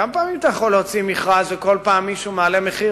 כמה פעמים אתה יכול להוציא מכרז ובכל פעם מישהו מעלה מחיר,